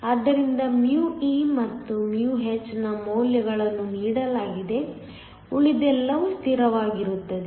ಆದ್ದರಿಂದ e ಮತ್ತು h ನ ಮೌಲ್ಯಗಳನ್ನು ನೀಡಲಾಗಿದೆ ಉಳಿದೆಲ್ಲವೂ ಸ್ಥಿರವಾಗಿರುತ್ತದೆ